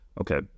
Okay